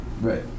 Right